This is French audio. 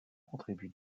contribue